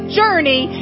journey